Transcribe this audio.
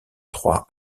trois